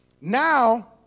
Now